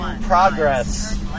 progress